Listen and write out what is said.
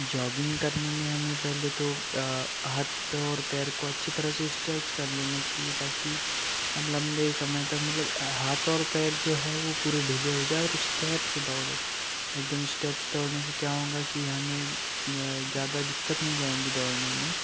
jogging करने में हमें पहले तो हाथ पो और पैर को अच्छी तरह से स्टैच कर लेना चाहिए ताकि हम लम्बे समय तक मतलब हाथ और पैर जो है वह पूरे ढीले हो जाएँ और स्टेप से दौड़ें एकदम स्टेप से दौड़ने से क्या होगा कि हमें ज़्यादा दिक्कत नहीं आएँगी दौड़ने में